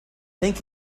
thank